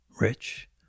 Rich